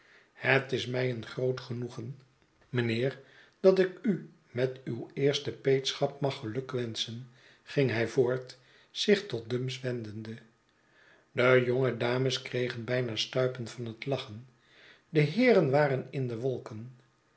het is mij een groot genoegen mijnheer dat ik u met uw eerste peetschap mag geluk wenschen ging hij voort zich tot dumps wendende de jonge dames kregen bijna stuipen van het lachen de heeren waren in de wolken